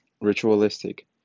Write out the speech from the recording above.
Ritualistic